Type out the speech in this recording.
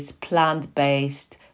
plant-based